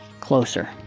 closer